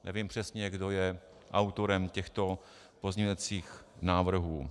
Nevím přesně, kdo je autorem těchto pozměňovacích návrhů.